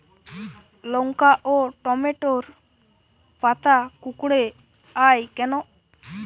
লঙ্কা ও টমেটোর পাতা কুঁকড়ে য়ায় কেন?